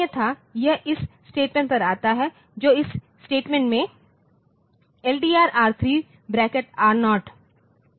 अन्यथा यह इस स्टेटमेंट पर आता है और इस स्टेटमेंट में LDR R3 ब्रैकेट R0 के भीतर है